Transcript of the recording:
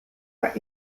cup